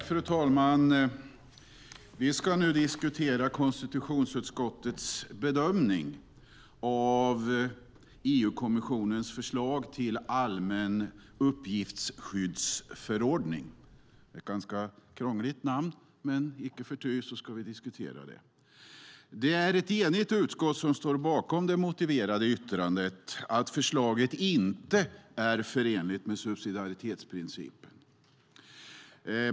Fru talman! Vi ska nu diskutera konstitutionsutskottets bedömning av EU-kommissionens förslag till allmän uppgiftsskyddsförordning. Det är ett ganska krångligt namn, men icke förty ska vi diskutera detta förslag. Det är ett enigt utskott som står bakom det motiverade yttrandet att förslaget inte är förenligt med subsidiaritetsprincipen.